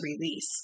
release